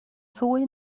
ddwy